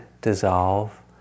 dissolve